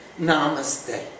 Namaste